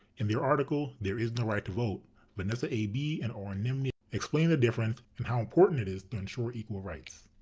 in their article there is no right to vote vanessa a. a. bee and oren nimni explain the difference and how important it is to ensure equal rights.